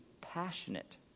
passionate